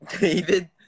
David